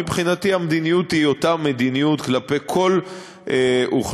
מבחינתי המדיניות היא אותה מדיניות כלפי כל אוכלוסייה,